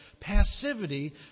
passivity